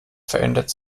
verändert